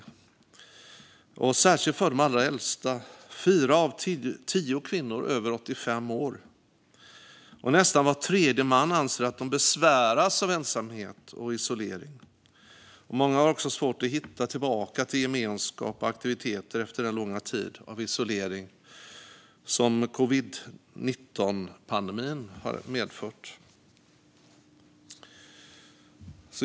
Det gäller särskilt för de allra äldsta. Fyra av tio kvinnor över 85 år, och nästan var tredje man, anser att de besväras av ensamhet och isolering. Många har också svårt att hitta tillbaka till gemenskap och aktiviteter efter den långa tid av isolering som covid-19-pandemin medförde.